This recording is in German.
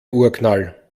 urknall